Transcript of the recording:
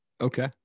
Okay